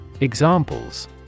Examples